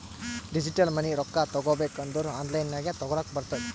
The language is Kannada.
ಡಿಜಿಟಲ್ ಮನಿ ರೊಕ್ಕಾ ತಗೋಬೇಕ್ ಅಂದುರ್ ಆನ್ಲೈನ್ ನಾಗೆ ತಗೋಲಕ್ ಬರ್ತುದ್